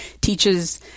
teaches